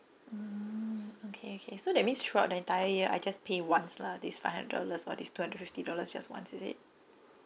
mm okay okay so that means throughout the entire year I just pay once lah this five hundred dollars or two hundred fifty dollars just once is it